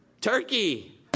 Turkey